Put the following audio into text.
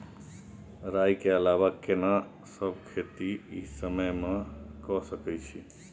राई के अलावा केना सब खेती इ समय म के सकैछी?